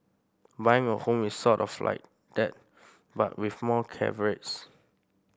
buying a home is sort of like that but with more caveats